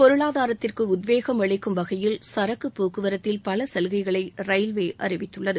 பொருளாதாரத்திற்கு உத்வேகம் அளிக்கும் வகையில் சரக்குப் போக்குவரத்தில் பல சலுகைகளை ரயில்வே அறிவித்துள்ளது